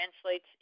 translates